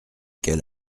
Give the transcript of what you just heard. qu’elle